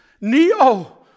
Neo